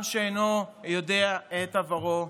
"עם שאינו יודע את עברו,